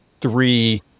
three